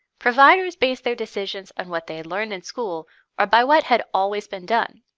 providers based their decisions on what they learned in school or by what has always been done.